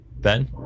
Ben